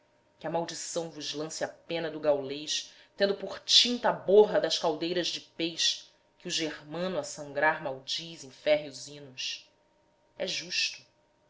que a maldição vos lance a pena do gaulês tendo por tinta a borra das caldeiras de pez que o germano a sangrar maldiz em férreos hinos é justo